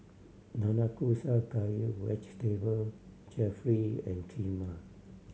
Nanakusa Gayu Vegetable Jalfrezi and Kheema